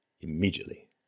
immediately